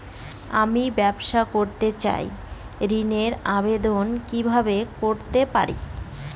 আমি ব্যবসা করতে চাই ঋণের আবেদন কিভাবে করতে পারি?